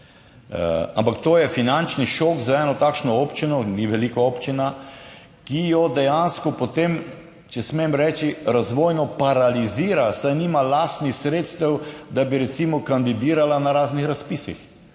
Ampak to je finančni šok za eno takšno občino, ni velika občina, ki jo dejansko potem, če smem reči, razvojno paralizira, saj nima lastnih sredstev, da bi recimo kandidirala na raznih razpisih,